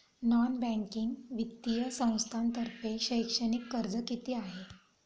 Non banking वित्तीय संस्थांतर्फे शैक्षणिक कर्ज किती आहे?